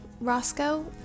roscoe